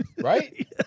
Right